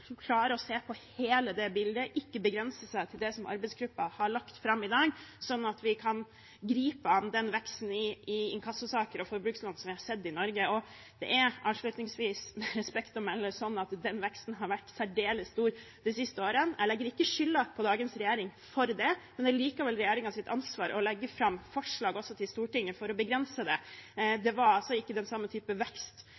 å klare å se på hele bildet og ikke begrense seg til det som arbeidsgruppen har lagt fram i dag, sånn at vi kan gripe an den veksten i inkassosaker og forbrukslån som vi har sett i Norge. Det er – avslutningsvis – med respekt å melde sånn at den veksten har vært særdeles stor de siste årene. Jeg legger ikke skylden på dagens regjering for det, men det er likevel regjeringens ansvar å legge fram forslag også for Stortinget for å begrense det.